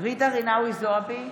ג'ידא רינאוי זועבי,